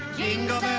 jingle